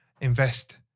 invest